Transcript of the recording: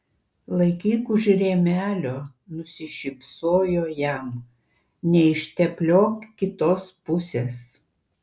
laikyk už rėmelio nusišypsojo jam neištepliok kitos pusės